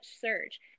Surge